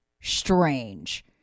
strange